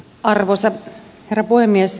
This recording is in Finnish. arvoisa herra puhemies